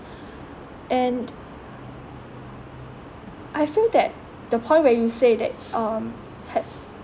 and I feel that the point where you say that um had